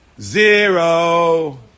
Zero